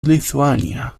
lithuania